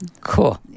Cool